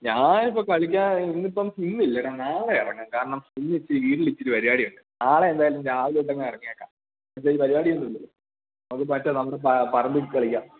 ഞാന് ഇപ്പോള് കളിക്കാൻ ഇന്നിപ്പം ഇന്നില്ലടാ നാളെ ഇറങ്ങാം കാരണം ഇന്നിത്തിരി വീട്ടിലിത്തിരി പരിപാടിയുണ്ട് നാളെ എന്തായാലും രാവിലെ തന്നെയങ്ങ് ഇറങ്ങിയേക്കാം പ്രത്യേകിച്ച് പരിപാടി ഒന്നുമില്ലല്ലോ നമുക്ക് മറ്റേ നമ്മുടെ പറമ്പില് കളിക്കാം